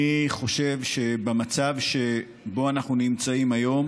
אני חושב שבמצב שבו אנחנו נמצאים היום